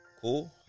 cool